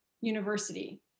university